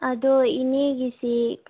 ꯑꯗꯣ ꯏꯅꯦꯒꯤꯁꯤ